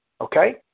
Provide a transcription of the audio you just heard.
Okay